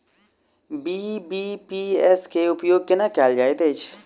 BBPS केँ उपयोग केना कएल जाइत अछि?